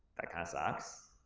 that kinda sucks,